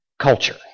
culture